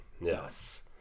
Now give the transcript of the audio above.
yes